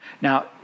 Now